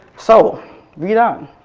so read on.